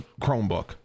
Chromebook